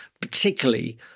particularly